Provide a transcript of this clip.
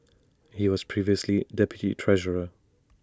he was previously deputy treasurer